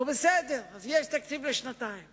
הזאת הוא הסכם בין המינהל לבין קרן קיימת לישראל.